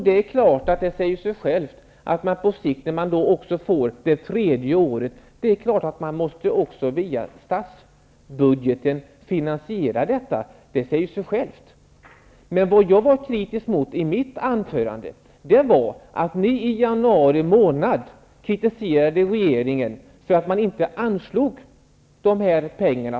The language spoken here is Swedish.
Det är klart att man via statsbudgeten måste finansiera reformen, som på sikt också ger ett tredje år. Det säger sig självt. Vad jag var kritisk mot i mitt anförande var att ni i januari månad kritiserade regeringen för att man inte anslog dessa pengar.